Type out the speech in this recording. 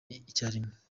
icyarimwe